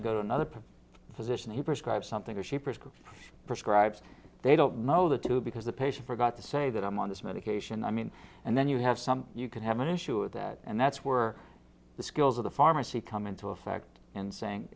you go to another physician who prescribe something or she prescribe prescribed they don't know that to do because the patient forgot to say that i'm on this medication i mean and then you have some you can have an issue with that and that's where the skills of the pharmacy come into effect and saying